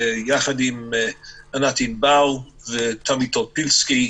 יחד עם ענת ענבר ותמי טופינסקי,